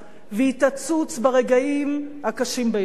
והיא תצוץ ברגעים הקשים ביותר.